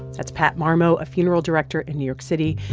that's pat marmo, a funeral director in new york city,